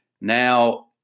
Now